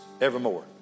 evermore